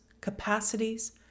capacities